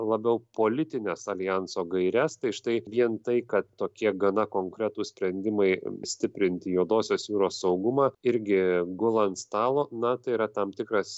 labiau politines aljanso gaires tai štai vien tai kad tokie gana konkretūs sprendimai stiprinti juodosios jūros saugumą irgi gula ant stalo na tai yra tam tikras